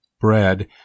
Bread